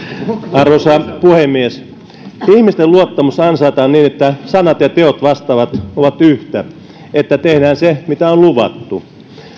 arvoisa puhemies ihmisten luottamus ansaitaan niin että sanat ja teot vastaavat ovat yhtä että tehdään se mitä on luvattu